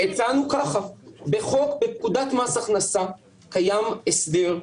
הצענו ככה: בפקודת מס הכנסה קיים הסדר,